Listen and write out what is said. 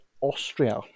Austria